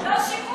זה לא שיפוט.